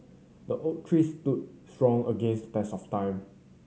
the oak tree stood strong against the test of time